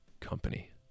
company